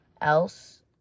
else